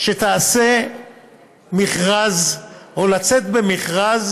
שתעשה מכרז, או לצאת למכרז